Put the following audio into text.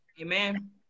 Amen